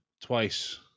twice